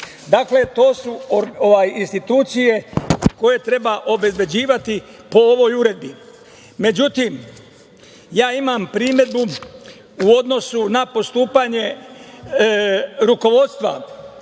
Dakle, to su institucije koje treba obezbeđivati po ovoj uredbi.Međutim, ja imam primedbu u odnosu na postupanje rukovodstva